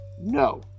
No